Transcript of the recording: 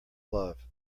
love